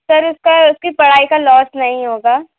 sir उसका उसकी पढ़ाई का लॉस नहीं होगा